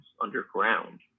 underground